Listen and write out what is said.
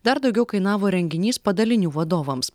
dar daugiau kainavo renginys padalinių vadovams